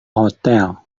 hotel